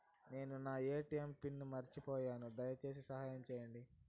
నేను నా ATM PIN మర్చిపోయాను, దయచేసి సహాయం చేయండి